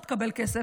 לא תקבל כסף.